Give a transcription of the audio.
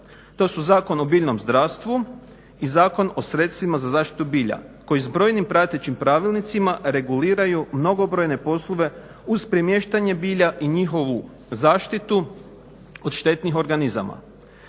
To su Zakon o biljnom zdravstvu i Zakon o sredstvima za zaštitu bilja koji s brojnim pratećim pravilnicima reguliraju mnogobrojne poslove uz premještanje bilja i njihovu zaštitu od štetnih organizama.